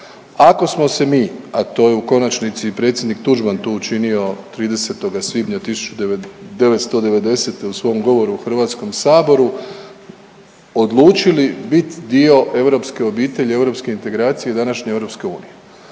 Ako smo se mi, a to je u konačnici i predsjednik Tuđman to učinio 30. svibnja 1990. u svom govoru u Hrvatskom Saboru odlučili biti dio europske obitelji, europske integracije, današnje EU. Onda